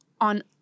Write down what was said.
on